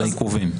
של העיכובים.